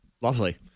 Lovely